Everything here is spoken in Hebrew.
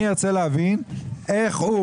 אני ארצה להבין איך,